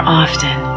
often